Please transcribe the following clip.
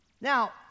Now